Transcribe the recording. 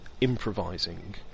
improvising